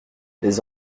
les